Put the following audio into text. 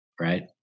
Right